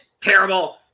terrible